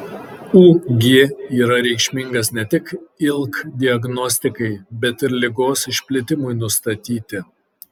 ug yra reikšmingas ne tik ilk diagnostikai bet ir ligos išplitimui nustatyti